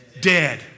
Dead